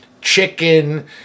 chicken